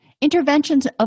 Interventions